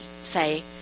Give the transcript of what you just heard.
say